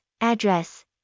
Address